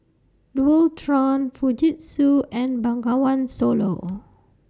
Dualtron Fujitsu and Bengawan Solo